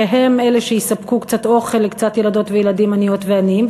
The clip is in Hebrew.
שהם אלה שיספקו קצת אוכל לקצת ילדות וילדים עניות ועניים,